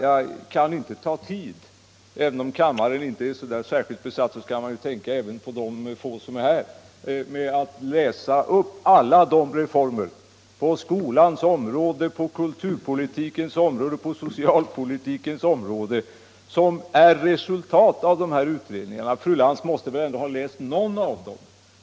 Jag skall inte uppta tiden — kammaren är inte särskilt välbesatt, men man bör tänka på de få som är här — med att räkna upp alla de reformer på skolans, kulturpolitikens och socialpolitikens område som är ett resultat av de här utredningarna. Fru Lantz måste väl ändå ha läst någonting av dem.